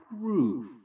proof